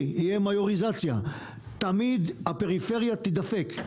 תמיד הפריפריה תידפק.